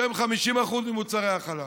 שהם 50% ממוצרי החלב?